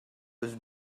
was